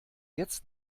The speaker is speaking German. jetzt